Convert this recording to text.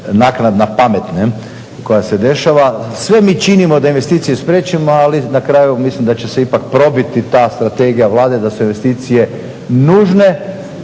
naknadna pamet koja se dešava. Sve mi činimo da investiciju spriječimo, ali na kraju mislim da će se ipak probiti ta strategija Vlade da su investicije nužne,